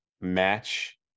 match